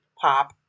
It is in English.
pop